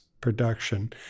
production